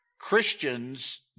Christians